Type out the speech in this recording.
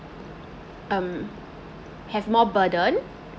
um have more burden